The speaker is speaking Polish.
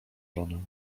żonę